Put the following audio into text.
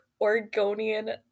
Oregonian